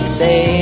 say